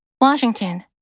Washington